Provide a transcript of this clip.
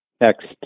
next